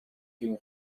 gegen